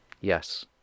Yes